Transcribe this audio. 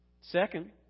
Second